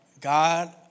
God